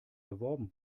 beworben